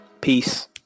Peace